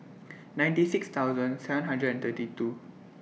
ninety six thousand seven hundred and thirty two